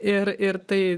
ir ir tai